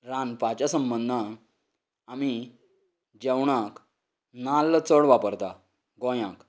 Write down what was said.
रांदपाच्या संबंदात आमी जेवणांत नाल्ल चड वापरतात गोंयांत